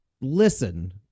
Listen